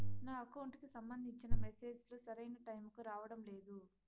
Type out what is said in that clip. నా అకౌంట్ కి సంబంధించిన మెసేజ్ లు సరైన టైముకి రావడం లేదు